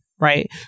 Right